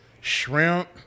shrimp